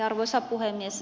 arvoisa puhemies